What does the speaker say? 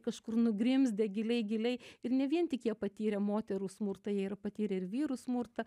kažkur nugrimzdę giliai giliai ir ne vien tik jie patyrę moterų smurtą jie yra patyrę ir vyrų smurtą